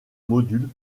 module